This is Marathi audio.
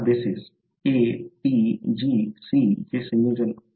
4 bases A T G C चे संयोजन